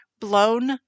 blown